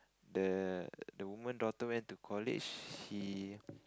the the woman daughter went to college she